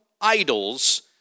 idols